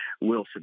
Wilson